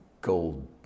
gold